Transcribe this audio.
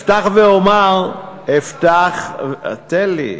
אפתח ואומר, תן לי.